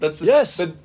Yes